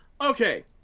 Okay